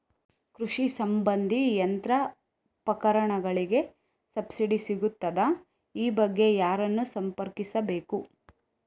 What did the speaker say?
ಕೃಷಿ ಸಂಬಂಧಿ ಯಂತ್ರೋಪಕರಣಗಳಿಗೆ ಸಬ್ಸಿಡಿ ಸಿಗುತ್ತದಾ? ಈ ಬಗ್ಗೆ ಯಾರನ್ನು ಸಂಪರ್ಕಿಸಬೇಕು?